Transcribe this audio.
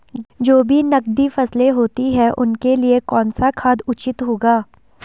जो भी नकदी फसलें होती हैं उनके लिए कौन सा खाद उचित होगा?